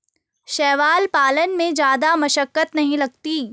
शैवाल पालन में जादा मशक्कत नहीं लगती